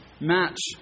match